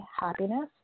happiness